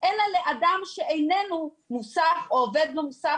אלא לאדם שאיננו מוסך או עובד במוסך,